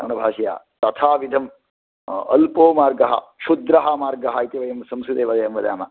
कन्नडभाषया तथाविधम् अल्पो मार्गः क्षुद्रः मार्गः इति वयं संस्कृते वयं वदामः